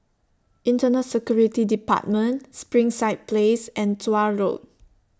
Internal Security department Springside Place and Tuah Road